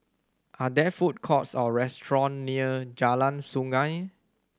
are there food courts or restaurant near Jalan Sungei